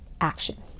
action